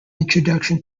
introduction